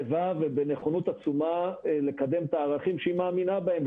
לבב ובנכונות עצומה לקדם את הערכים שהיא מאמינה בהם,